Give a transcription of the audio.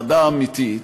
חרדה אמיתית,